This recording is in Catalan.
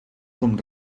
com